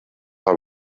habe